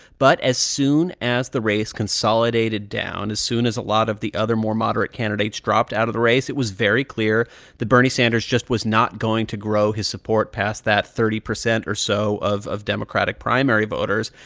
but as soon as the race consolidated down, as soon as a lot of the other more moderate candidates dropped out of the race, it was very clear that bernie sanders just was not going to grow his support past that thirty percent or so of of democratic primary voters.